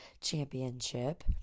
championship